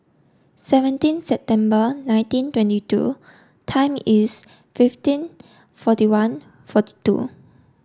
seventeen September nineteen twenty two time is fifteen forty one forty two